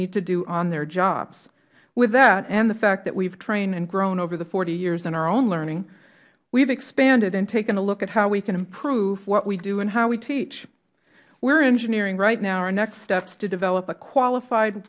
need to do on their jobs with that and the fact that we have trained and grown over the forty years in our own learning we have expanded and taken a look at how we can improve what we do and how we teach we are engineering right now our next steps to develop a qualified